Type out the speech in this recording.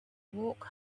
walk